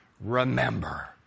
remember